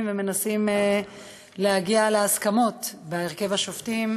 ומנסים להגיע להסכמות בהרכב השופטים,